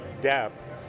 depth